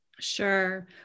Sure